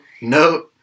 no